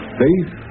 faith